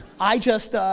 i just